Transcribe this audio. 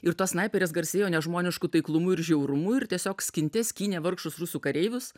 ir tos snaiperės garsėjo nežmonišku taiklumu ir žiaurumu ir tiesiog skinte skynė vargšus rusų kareivius